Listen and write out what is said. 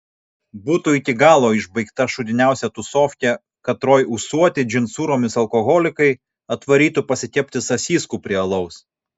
būtų iki galo išbaigta šūdiniausia tūsofkė katroj ūsuoti džinsūromis alkoholikai atvarytų pasikepti sasyskų prie alaus